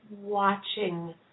watching